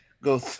go